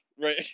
Right